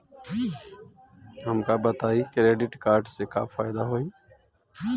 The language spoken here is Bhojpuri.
हमका बताई क्रेडिट कार्ड से का फायदा होई?